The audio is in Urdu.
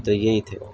تو یہی تھے